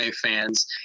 fans